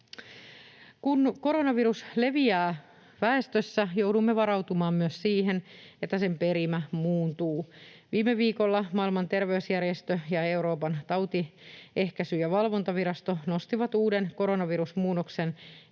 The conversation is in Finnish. Kun koronavirus leviää väestössä, joudumme varautumaan myös siihen, että sen perimä muuntuu. Viime viikolla Maailman terveysjärjestö ja Euroopan tautienehkäisy- ja valvontavirasto nostivat uuden koronavirusmuunnoksen niin